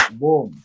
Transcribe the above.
boom